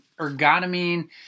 ergotamine